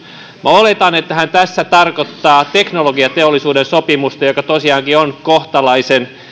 minä oletan että hän tässä tarkoittaa teknologiateollisuuden sopimusta joka tosiaankin on kohtalaisen